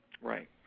Right